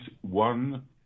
one